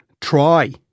try